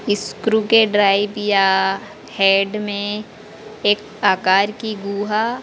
screw के drive या head में एक आकार की गूहा